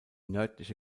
nördliche